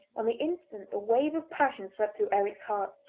on the instant a wave of passion swept through eric's heart.